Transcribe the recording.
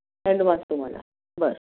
तुम्हाला बर